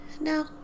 No